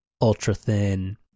ultra-thin